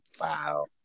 Wow